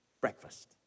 Breakfast